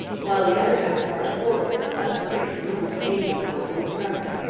while the other half marched forward, up-stream, on the canadian side, with drummond,